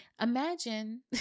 Imagine